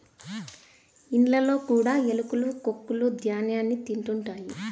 ఇండ్లలో కూడా ఎలుకలు కొక్కులూ ధ్యాన్యాన్ని తింటుంటాయి